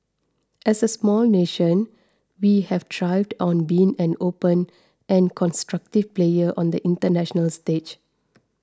as a small nation we have thrived on being an open and constructive player on the international stage